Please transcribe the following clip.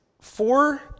four